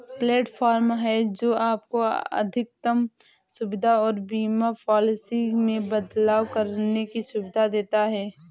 platform है, जो आपको अधिकतम सुविधा और बीमा पॉलिसी में बदलाव करने की सुविधा देता है